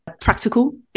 practical